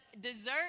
dessert